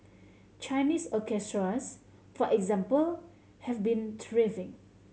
Chinese orchestras for example have been thriving